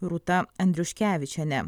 rūta andriuškevičienė